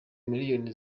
miliyari